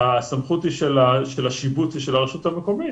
הסמכות של השיבוץ היא של הרשות המקומית.